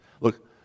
Look